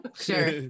sure